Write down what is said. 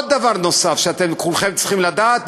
דבר נוסף שכולכם צריכים לדעת,